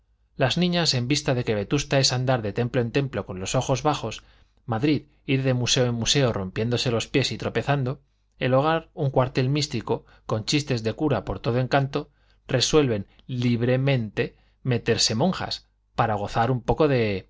las niñas en vista de que vetusta es andar de templo en templo con los ojos bajos madrid ir de museo en museo rompiéndose los pies y tropezando el hogar un cuartel místico con chistes de cura por todo encanto resuelven libremente meterse monjas para gozar un poco de